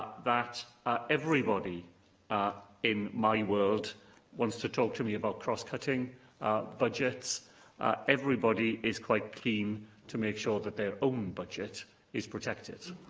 that everybody in my world wants to talk to me about cross-cutting budgets everybody is quite keen to make sure that their own budget is protected.